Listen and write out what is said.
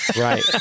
right